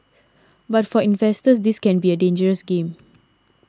but for investors this can be a dangerous game